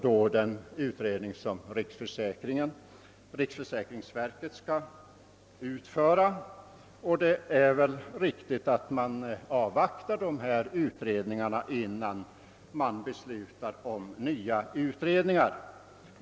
Dessutom arbetar riksförsäkringsverket med sin utredning. Det är väl då riktigt att man avvaktar resultatet av dessa utredningar, innan man beslutar om nya.